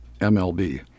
MLB